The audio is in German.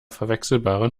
verwechselbaren